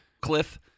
Cliff